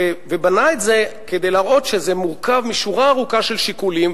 ובנה את זה כדי להראות שזה מורכב משורה ארוכה של שיקולים,